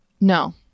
no